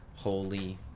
holy